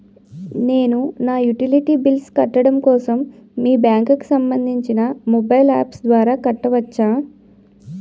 నేను నా utility bills కట్టడం కోసం మీ బ్యాంక్ కి సంబందించిన మొబైల్ అప్స్ ద్వారా కట్టవచ్చా?